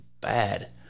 bad